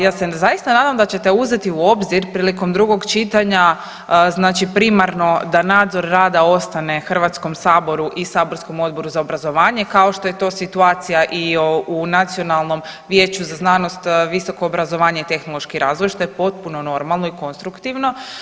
Ja se zaista nadam da ćete uzeti u obzir prilikom drugog čitanja, znači primarno da nadzor rada ostane Hrvatskom saboru i saborskom Odboru za obrazovanje kao što je to situacija i u Nacionalnom vijeću za znanost, visoko obrazovanje i tehnološki razvoj što je potpuno normalno i konstruktivno.